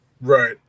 right